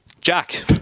Jack